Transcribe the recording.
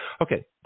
Okay